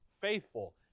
faithful